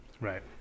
Right